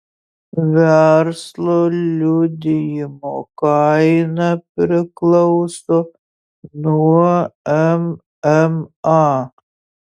verslo liudijimo kaina priklauso nuo mma